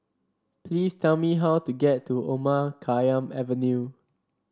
please tell me how to get to Omar Khayyam Avenue